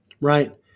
Right